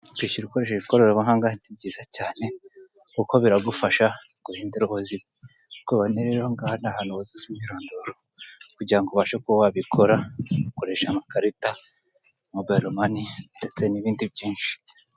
Kwishyura ukoresheje ikoranabuhanga ni byiza cyane kuko biragufasha guhindura ubuzima uko ubibona rero aha ni ahantu buzuza imyirondoro kugira ngo ubashe kuba wabikora, ukoresha amakarita mobayiro mani ndetse n'ibindi byinshi.